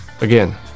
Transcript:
again